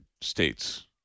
states